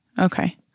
Okay